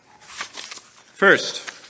First